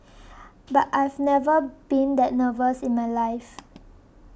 but I've never been that nervous in my life